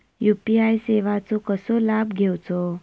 UPI सेवाचो कसो लाभ घेवचो?